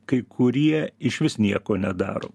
kai kurie išvis nieko nedaro